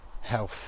health